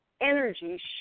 energy